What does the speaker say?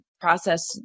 process